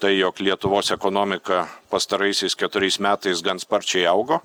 tai jog lietuvos ekonomika pastaraisiais keturiais metais gan sparčiai augo